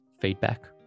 feedback